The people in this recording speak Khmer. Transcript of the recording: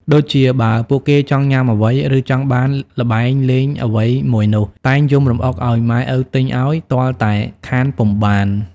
ដូចជាបើពួកគេចង់ញ៉ាំអ្វី ឬចង់បានល្បែងលេងអ្វីមួយនោះ តែងយំរំអុកឲ្យម៉ែឪទិញឲ្យ ទាល់តែខានពុំបាន។